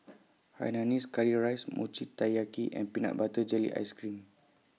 Hainanese Curry Rice Mochi Taiyaki and Peanut Butter Jelly Ice Cream